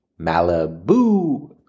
Malibu